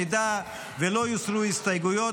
אם לא יוסרו הסתייגויות,